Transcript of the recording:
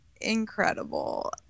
incredible